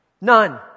None